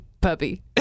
puppy